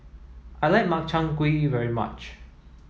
I like Makchang Gui very much